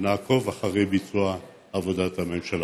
שנעקוב אחרי ביצוע עבודת הממשלה.